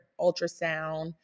ultrasound